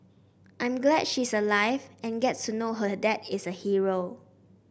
I'm glad she is alive and gets to know her dad is a hero